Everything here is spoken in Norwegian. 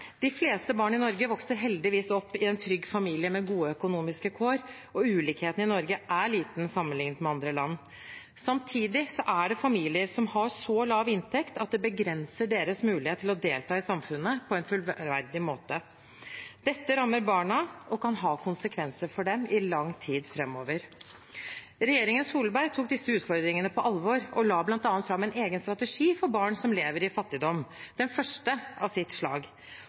De fleste barn i Norge vokser heldigvis opp i en trygg familie med gode økonomiske kår, og ulikheten i Norge er liten sammenliknet med andre land. Samtidig er det familier som har så lav inntekt at det begrenser deres muligheter til å delta i samfunnet på en fullverdig måte. Dette rammer barna og kan ha konsekvenser for dem i lang tid framover. Regjeringen Solberg tok disse utfordringene på alvor og la bl.a. fram en egen strategi for barn som lever i fattigdom – den første i sitt slag.